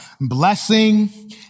blessing